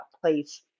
place